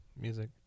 music